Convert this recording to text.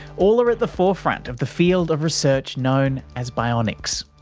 all are at the forefront of the field of research known as bionics,